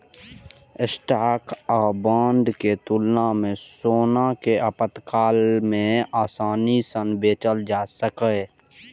stock आ bond के तुलना मे सोना कें आपातकाल मे आसानी सं बेचल जा सकैए